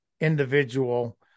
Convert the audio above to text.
individual